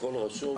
הכול רשום.